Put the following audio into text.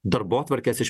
darbotvarkės iš